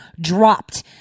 dropped